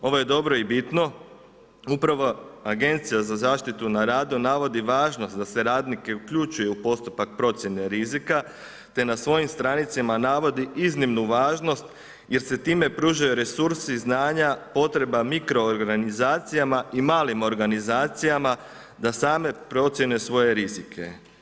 Ovo je dobro i bitno upravo Agencija za zaštitu na radu navodi važnost da se radnike uključuje u postupak procjene rizika te na svojim stranicama navodi iznimnu važnost jer se time pružaju resursi, znanja, potreba mikroorganizacijama i malim organizacijama da same procijene svoje rizike.